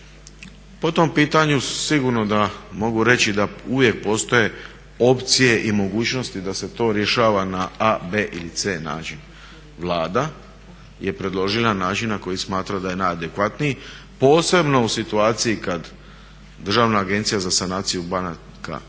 po tom pitanju sigurno da mogu reći da uvijek postoje opcije i mogućnosti da se to rješava na A, B ili C način. Vlada je predložila način na koji smatra da je najadekvatniji posebno u situaciji kad Državna agencija za sanaciju banaka